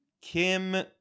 Kim